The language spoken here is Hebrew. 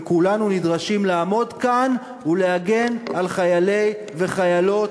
וכולנו נדרשים לעמוד כאן ולהגן על חיילי וחיילות